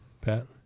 Pat